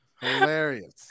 Hilarious